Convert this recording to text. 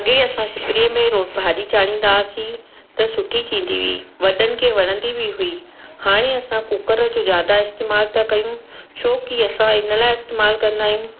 अॻे असां सिपरीअ में रो भाॼी चाढ़ींदा हुआसीं त सुठी थींदी हुई वॾनि खे वणंदी बि हुई हाणे असां कुकर जो ज्यादा इस्तेमालु था कयूं छोकी असां इन लाइ इस्तेमालु कंदा आहियूं